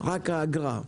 רק האגרה.